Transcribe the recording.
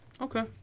Okay